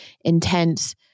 intense